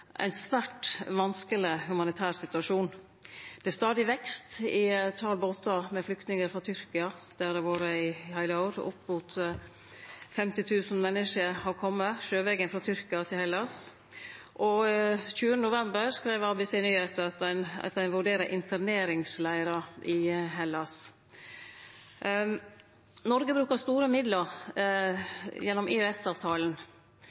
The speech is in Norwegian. ein svært vanskeleg humanitær situasjon. Det er stadig vekst i talet på båtar med flyktningar frå Tyrkia. Det har det vore i heile år – opp mot 50 000 menneske har kome sjøvegen frå Tyrkia til Hellas. Den 20. november skreiv ABC Nyheter at ein vurderer interneringsleirar i Hellas. Noreg brukar store midlar